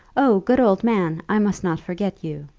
oh, good old man! i must not forget you.